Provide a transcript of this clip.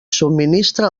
subministra